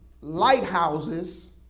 lighthouses